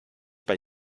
bei